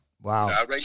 Wow